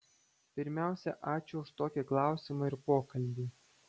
pirmiausia ačiū už tokį klausimą ir pokalbį